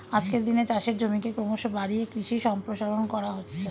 আজকের দিনে চাষের জমিকে ক্রমশ বাড়িয়ে কৃষি সম্প্রসারণ করা হচ্ছে